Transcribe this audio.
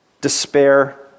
Despair